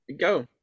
Go